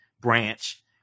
branch